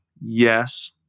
yes